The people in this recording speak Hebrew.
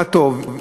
מה טוב,